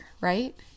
right